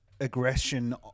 aggression